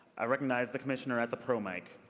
i recognize the commissioner at the pro mic.